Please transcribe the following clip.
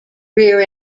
rear